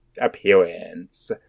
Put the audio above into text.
Appearance